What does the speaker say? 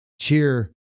cheer